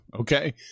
Okay